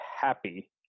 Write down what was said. happy